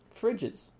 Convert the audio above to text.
Fridges